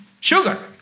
sugar